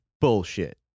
bullshit